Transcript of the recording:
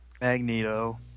Magneto